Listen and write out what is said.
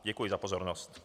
Děkuji za pozornost.